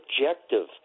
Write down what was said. objective